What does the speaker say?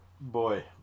Boy